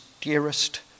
dearest